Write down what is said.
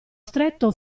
stretto